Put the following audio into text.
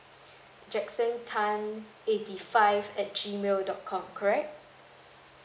jackson tan eighty five at G mail dot com correct